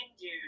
dude